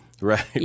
Right